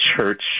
church